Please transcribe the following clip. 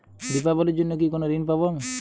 দীপাবলির জন্য কি কোনো ঋণ পাবো আমি?